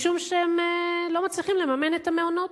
משום שהם לא מצליחים לממן את המעונות.